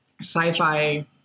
sci-fi